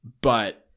but-